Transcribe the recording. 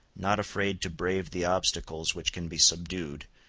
not afraid to brave the obstacles which can be subdued,